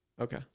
okay